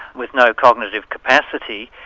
with no cognitive capacity.